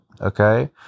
okay